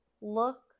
look